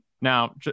Now